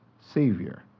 Savior